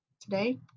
today